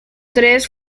tres